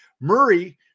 Murray